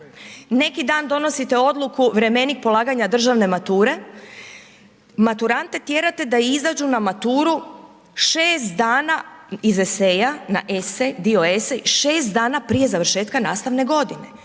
Neki dan donosite odluku vremenik polaganja državne mature, maturante tjerate da izađu na maturu 6 dana, iz eseja, na esej, dio esej, 6 dana prije završetka nastavne godine.